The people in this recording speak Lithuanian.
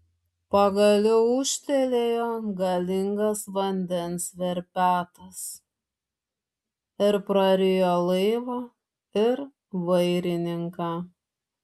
pagaliau ūžtelėjo galingas vandens verpetas ir prarijo laivą ir vairininką